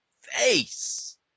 face